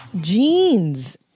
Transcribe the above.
jeans